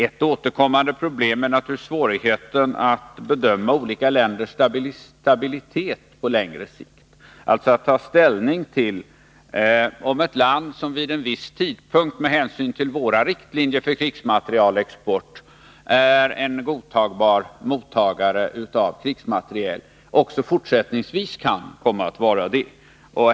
Ett återkommande problem är svårigheten att bedöma olika länders stabilitet på längre sikt — alltså att ta ställning till om ett land, som vid en viss tidpunkt med hänsyn till våra riktlinjer för krigsmaterielexport är en godtagbar mottagare av krigsmateriel, också fortsättningsvis kan komma att vara det.